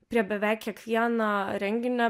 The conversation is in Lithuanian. prie beveik kiekvieno renginio